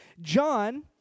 John